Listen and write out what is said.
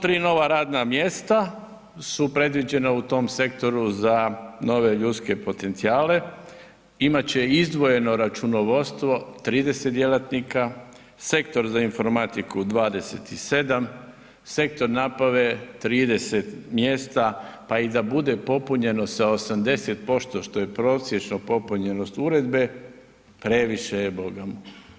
Sto tri nova radna mjesta su predviđena u tom Sektoru za nove ljudske potencijale, imat će izdvojeno računovodstvo 30 djelatnika, Sektor za informatiku 27, Sektor nabave 30 mjesta, pa i da bude popunjeno sa 80% što je prosječno popunjenost Uredbe, previše je boga mu.